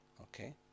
okay